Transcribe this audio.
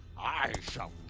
i shall